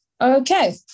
Okay